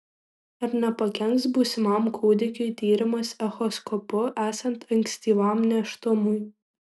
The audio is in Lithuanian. ar nepakenks būsimam kūdikiui tyrimas echoskopu esant ankstyvam nėštumui